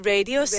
Radio